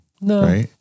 No